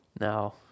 no